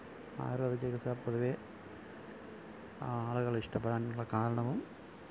ആയുര്വേദചികിത്സ പൊതുവേ ആളുകളിഷ്ടപ്പെടാനുള്ള കാരണവും